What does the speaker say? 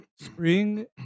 spring